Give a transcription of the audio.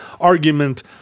argument—